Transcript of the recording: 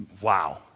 wow